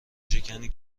شکنی